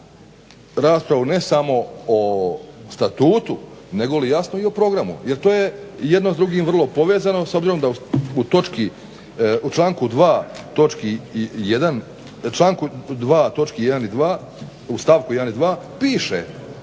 raspravu ne samo o Statutu, negoli jasno i o programu jer to je jedno s drugim vrlo povezano s obzirom da u točki, u članku 2.